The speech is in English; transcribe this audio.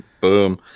Boom